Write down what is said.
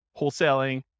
wholesaling